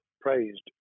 praised